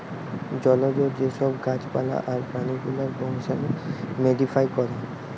জলজ যে সব গাছ পালা আর প্রাণী গুলার বংশাণু মোডিফাই করা